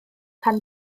pan